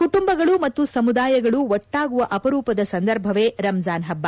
ಕುಟುಂಬಗಳು ಮತ್ತು ಸಮುದಾಯಗಳು ಒಟ್ಟಾಗುವ ಅಪರೂಪದ ಸಂದರ್ಭವೇ ರಂಜಾನ್ ಹಬ್ಬ